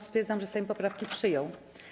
Stwierdzam, że Sejm poprawki przyjął.